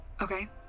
Okay